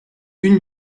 une